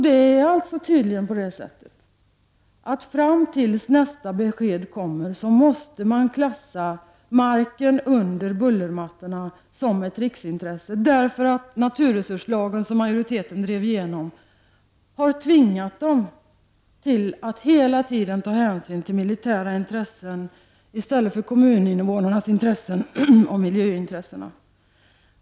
Det är tydligen så att fram tills nästa besked kommer måste man klassa marken under bullermattan som ett riksintresse, eftersom naturresurslagen, som drevs igenom av majoriteten, har medfört att man hela ti den måste ta hänsyn till militära intressen i stället för kommuninvånarnas intressen och miljöintressen.